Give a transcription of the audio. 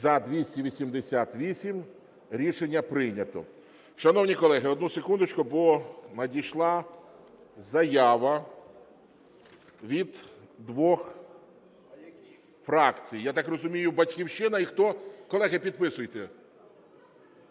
За-288 Рішення прийнято. Шановні колеги, одну секундочку, бо надійшла заява від двох фракцій, я так розумію, "Батьківщина" і хто? Колеги, підписуйте.